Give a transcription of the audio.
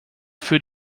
für